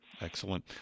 Excellent